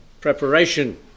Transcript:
preparation